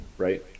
right